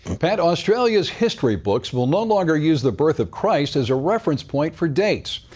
pat, australia's history books will no longer use the birth of christ as a reference point for dates.